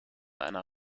einer